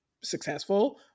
successful